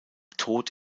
tode